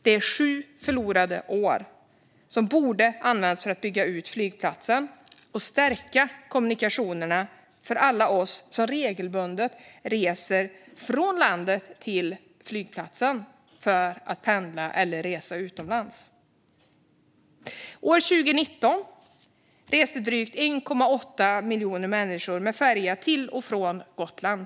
Det är sju förlorade år som borde ha använts för att bygga ut flygplatsen och stärka kommunikationerna för alla oss som regelbundet reser från landet till flygplatsen för att pendla eller resa utomlands. År 2019 reste drygt 1,8 miljoner människor med färja till och från Gotland.